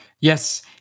Yes